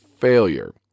failure